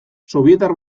sobietar